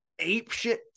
apeshit